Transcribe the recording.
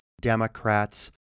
Democrats